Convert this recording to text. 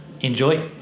Enjoy